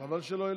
חבל שלא העלית.